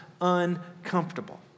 uncomfortable